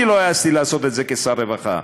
אני לא העזתי לעשות את זה כשר רווחה,